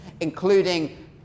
including